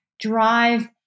drive